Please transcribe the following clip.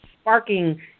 sparking